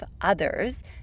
others